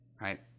right